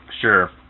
Sure